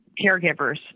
caregivers